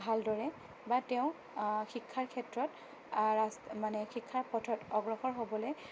ভালদৰে বা তেওঁক শিক্ষাৰ ক্ষেত্ৰত মানে শিক্ষাৰ পথত অগ্ৰসৰ হ'বলৈ